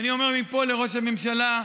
ואני אומר מפה לראש הממשלה: